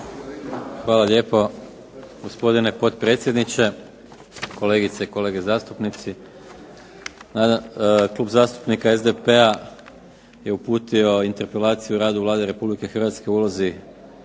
Hvala lijepo, gospodine potpredsjedniče. Kolegice i kolege zastupnici. Klub zastupnika SDP-a je uputio interpelaciju radu Vlade Republike Hrvatske, o ulozi